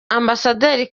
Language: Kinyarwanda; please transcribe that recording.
ambasaderi